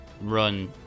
run